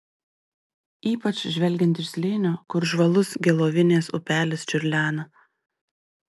ypač žvelgiant iš slėnio kur žvalus gelovinės upelis čiurlena